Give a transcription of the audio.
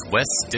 West